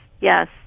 yes